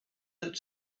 that